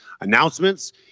announcements